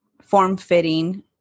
form-fitting